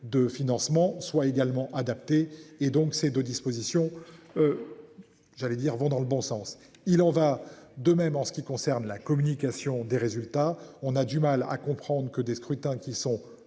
de financement soit également adapté et donc ces 2 dispositions. J'allais dire vont dans le bon sens. Il en va de même en ce qui concerne la communication des résultats. On a du mal à comprendre que des scrutins qui sont